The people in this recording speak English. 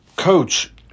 coach